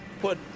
Put